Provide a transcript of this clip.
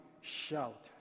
shout